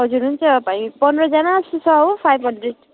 हजुर हुन्छ भाइ पन्ध्रजना जस्तो छ हो फाइभ हन्ड्रेड